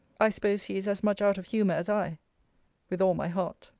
i suppose he is as much out of humour as i with all my heart.